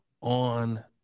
on